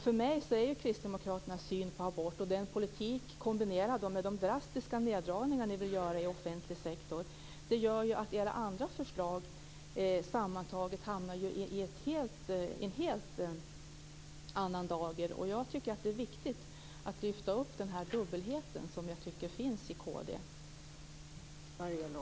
Jag menar att Kristdemokraternas syn på abort och politiken, kombinerad med de drastiska neddragningar som ni vill göra inom den offentliga sektorn, gör att era andra förslag sammantaget kommer i en helt annan dager. Jag tycker att det är viktigt att lyfta fram den dubbelhet som jag tycker finns hos Kristdemokraterna.